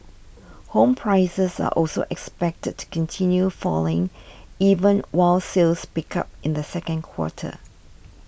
home prices are also expected to continue falling even while sales picked up in the second quarter